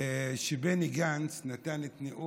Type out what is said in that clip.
בני גנץ נתן את הנאום,